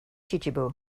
chichibu